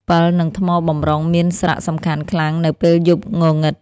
ពិល និងថ្មបម្រុងមានសារៈសំខាន់ខ្លាំងនៅពេលយប់ងងឹត។